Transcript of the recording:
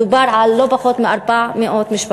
מדובר על לא פחות מ-400 משפחות.